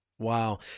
Wow